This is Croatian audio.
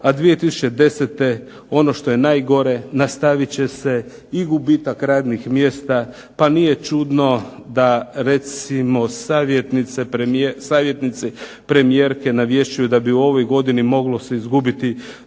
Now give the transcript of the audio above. A 2010. ono što je najgore nastavit će se i gubitak radnih mjesta pa nije čudno da recimo savjetnice premijerke navješćuju da bi u ovoj godini moglo se izgubiti